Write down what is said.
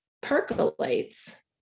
percolates